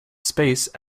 space